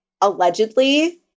allegedly